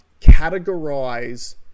categorize